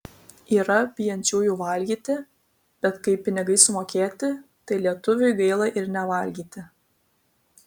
yra bijančiųjų valgyti bet kai pinigai sumokėti tai lietuviui gaila ir nevalgyti